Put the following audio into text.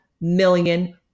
million